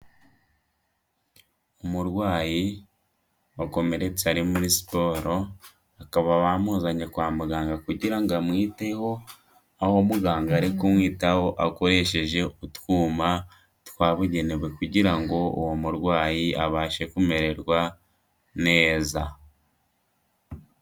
Umurwayi wakomeretse ari muri siporo, bakaba bamuzanye kwa muganga kugira ngo amwiteho, aho muganga ari kumwitaho akoresheje utwuma twabugenewe kugira ngo uwo murwayi abashe kumererwa neza.